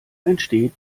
entsteht